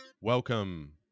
Welcome